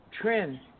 trend